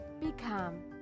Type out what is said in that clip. Become